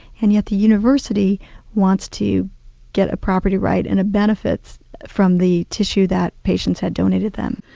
and yet the university wants to get a property right and a benefit from the tissue that patients had donated them.